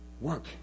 work